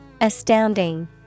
astounding